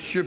Ce n'est